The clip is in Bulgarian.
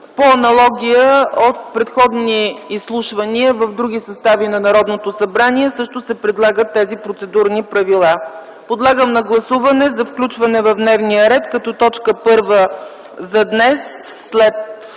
По аналогия от предходни изслушвания в други състави на Народното събрание също се предлагат тези процедурни правила. Подлагам на гласуване за включване в дневния ред като точка първа за днес след